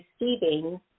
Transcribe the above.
receiving